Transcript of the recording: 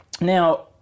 Now